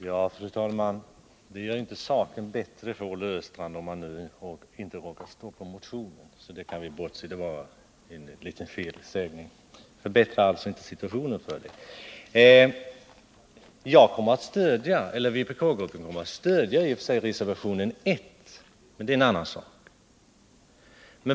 Fru talman! Det gör inte saken bättre för Olle Östand att det råkar vara så att han inte har skrivit på motionen i fråga — jag gjorde mig på den punkten skyldig till en felsägning. Vpk-gruppen kommer att stödja reservation 1, men det är en annan sak.